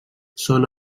són